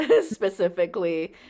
specifically